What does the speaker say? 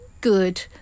good